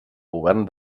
govern